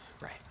Right